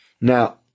Now